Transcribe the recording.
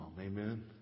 Amen